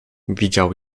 widział